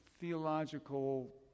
theological